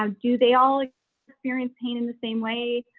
um do they all experience pain in the same way?